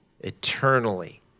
eternally